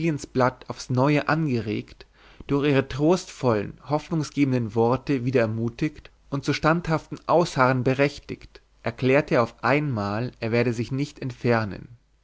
aufs neue angeregt durch ihre trostvollen hoffnunggebenden worte wieder ermutigt und zu standhaftem ausharren berechtigt erklärte er auf einmal er werde sich nicht entfernen